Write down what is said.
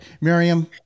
Miriam